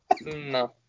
No